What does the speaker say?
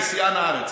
אני שיאן הארץ